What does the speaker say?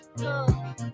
girl